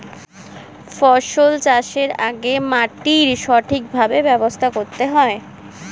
ফসল চাষের আগে মাটির সঠিকভাবে ব্যবস্থা করতে হয়